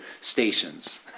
stations